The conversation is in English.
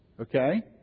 Okay